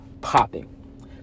popping